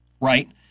right